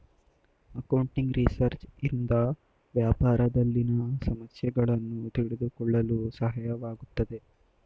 accounting research ಇಂದ ವ್ಯಾಪಾರದಲ್ಲಿನ ಸಮಸ್ಯೆಗಳನ್ನು ತಿಳಿದುಕೊಳ್ಳಲು ಸಹಾಯವಾಗುತ್ತದೆ